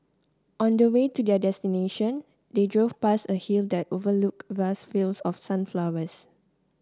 on the way to their destination they drove past a hill that overlooked vast fields of sunflowers